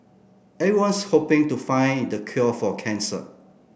everyone's hoping to find the cure for cancer